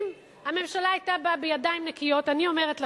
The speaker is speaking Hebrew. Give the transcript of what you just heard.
אם הממשלה היתה באה בידיים נקיות, אני אומרת לכם,